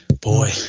Boy